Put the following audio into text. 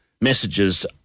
messages